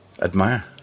admire